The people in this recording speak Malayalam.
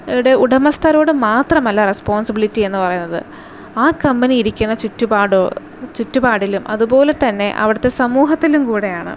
യുടെ ഉടമസ്ഥരോട് മാത്രമല്ല റെസ്പോൺസിബിളിറ്റി എന്ന് പറയുന്നത് ആ കമ്പനി ഇരിക്കുന്ന ചുറ്റുപാടോ ചുറ്റുപാടിലും അതുപോലെ തന്നെ അവിടത്തെ സമൂഹത്തിലും കൂടെയാണ്